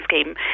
scheme